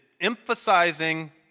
emphasizing